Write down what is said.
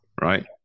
right